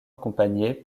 accompagnées